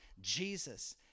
Jesus